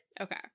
Okay